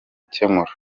gukemura